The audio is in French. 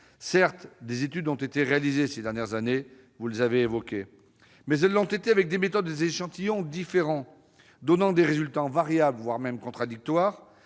Certes, des études ont été réalisées, ces dernières années, et vous les avez évoquées, mais elles l'ont été avec des méthodes et des échantillons différents, donnant des résultats variables, voire contradictoires